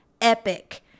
epic